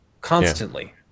constantly